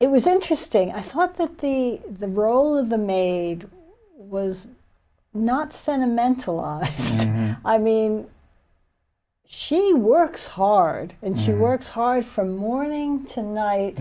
it was interesting i thought think the the role of the maid was not sentimental i mean she works hard and she works hard from morning to night